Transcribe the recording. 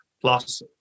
plus